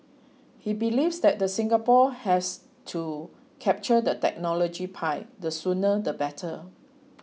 he believes that the Singapore has to capture the technology pie the sooner the better